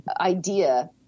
idea